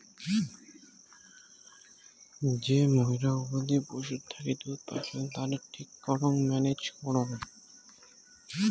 যে মুইরা গবাদি পশুর থাকি দুধ পাইচুঙ তাদের ঠিক করং ম্যানেজ করং